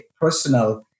personal